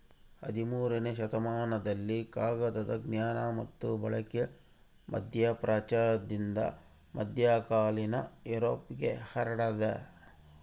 ಹದಿಮೂರನೇ ಶತಮಾನದಲ್ಲಿ ಕಾಗದದ ಜ್ಞಾನ ಮತ್ತು ಬಳಕೆ ಮಧ್ಯಪ್ರಾಚ್ಯದಿಂದ ಮಧ್ಯಕಾಲೀನ ಯುರೋಪ್ಗೆ ಹರಡ್ಯಾದ